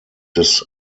des